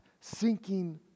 sinking